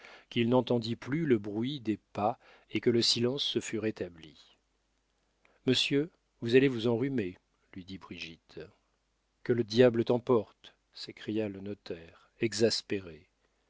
qu'il n'entendit plus le bruit des pas et que le silence se fut rétabli monsieur vous allez vous enrhumer lui dit brigitte que le diable t'emporte s'écria le notaire exaspéré